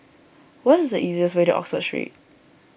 what is the easiest way to Oxford Street